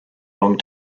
long